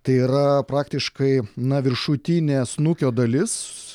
tai yra praktiškai na viršutinė snukio dalis